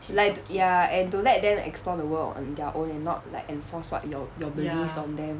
like t~ ya and to let them explore the world on their own and not like enforce what your your beliefs on them